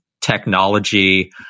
technology